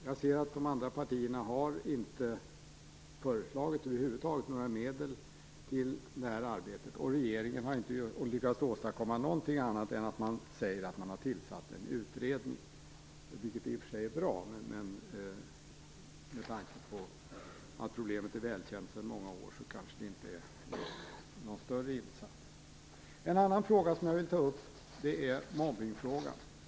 Jag ser att de andra partierna över huvud taget inte har föreslagit några medel till det arbetet. Regeringen har inte lyckats åstadkomma någonting annat än att man tillsatt en utredning, vilket i och för sig är bra. Men med tanke på att problemet är väl känt sedan många år kanske det inte är någon större insats. En annan fråga som jag vill ta upp är mobbningen i skolan.